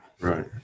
right